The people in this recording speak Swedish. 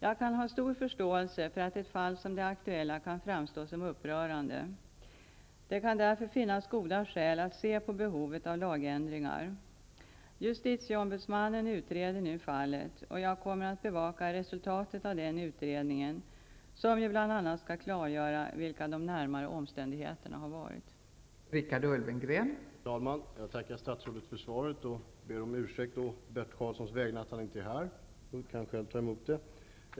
Jag kan ha stor förståelse för att ett fall som det aktuella kan framstå som upprörande. Det kan därför finnas goda skäl att se på behovet av lagändringar. JO utreder nu fallet, och jag kommer att bevaka resultatet av den utredningen som ju bl.a. skall klargöra vilka de närmare omständigheterna har varit.